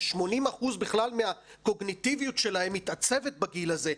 ש-80% בכלל מהקוגניטיביות שלהם מתעצבת בגיל הזה,